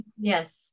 Yes